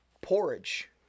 porridge